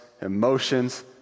emotions